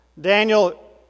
Daniel